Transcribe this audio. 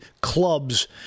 clubs